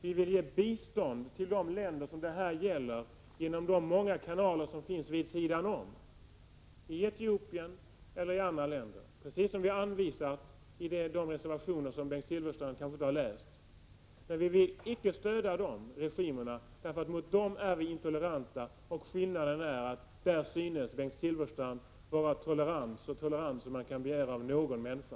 Vi vill ge bistånd till de länder som det gäller här genom de många kanaler som finns vid sidan av. Det gäller Etiopien och andra länder, precis som vi anvisat i de reservationer som Bengt Silfverstrand kanske inte har läst. Vi vill inte stödja dessa regimer. Mot dem är vi intoleranta. Skillnaden är att Bengt Silfverstrand synes vara så tolerant som man kan begära av någon människa.